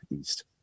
East